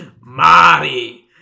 Marty